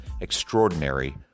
Extraordinary